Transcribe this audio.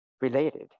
related